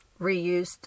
reused